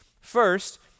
First